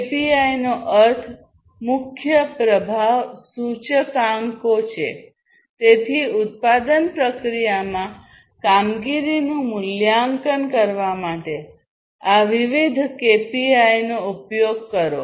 કેપીઆઈનો અર્થ મુખ્ય પ્રભાવ સૂચકાંકો છે તેથી ઉત્પાદન પ્રક્રિયામાં કામગીરીનું મૂલ્યાંકન કરવા માટે આ વિવિધ કેપીઆઈનો ઉપયોગ કરો